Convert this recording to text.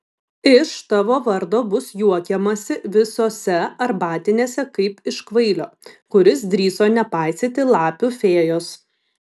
iš tavo vardo bus juokiamasi visose arbatinėse kaip iš kvailio kuris drįso nepaisyti lapių fėjos